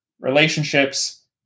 relationships